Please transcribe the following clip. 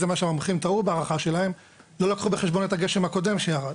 זה מה שהמומחים טעו בהערכה שלהם לא לקחו בחשבון את הגשם הקודם שירד.